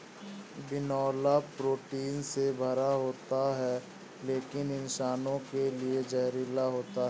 बिनौला प्रोटीन से भरा होता है लेकिन इंसानों के लिए जहरीला होता है